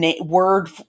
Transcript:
word